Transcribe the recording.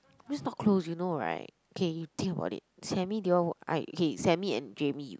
just not close you know right K you think about it Sammy they all I okay Sammy and Jamie you